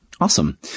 awesome